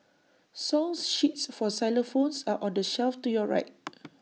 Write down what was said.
song sheets for xylophones are on the shelf to your right